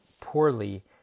poorly